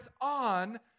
on